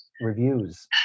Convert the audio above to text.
reviews